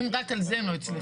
אם רק על זה הם לא הצליחו.